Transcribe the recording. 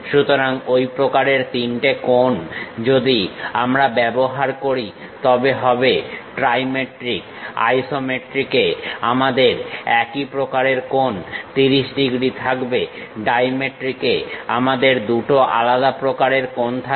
সুতরাং ঐ প্রকারের তিনটে কোণ যদি আমরা ব্যবহার করি তবে হবে ট্রাইমেট্রিক আইসোমেট্রিকে আমাদের একই প্রকারের কোণ 30 ডিগ্রী থাকবে ডাইমেট্রিকে আমাদের দুটো আলাদা প্রকারের কোণ থাকবে